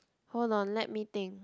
hold on let me think